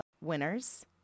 winners